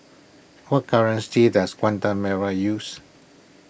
what currency does Guatemala use